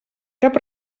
cap